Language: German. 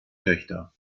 töchter